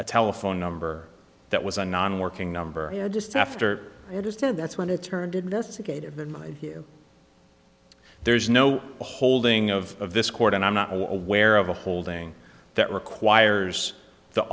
a telephone number that was a non working number just after i understand that's when it turned investigative in my view there is no holding of this court and i'm not aware of the holding that requires the